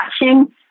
watching